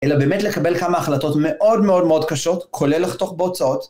אלא באמת, לקבל כמה החלטות מאוד, מאוד, מאוד קשות, כולל לחתוך בהוצאות.